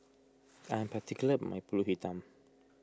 I am particular about my Pulut Hitam